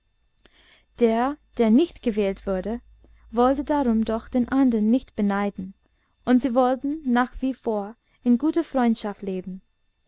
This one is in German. der der nicht gewählt würde wollte darum doch den andern nicht beneiden und sie wollten nach wie vor in guter freundschaft leben